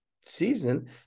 season